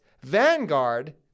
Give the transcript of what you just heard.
Vanguard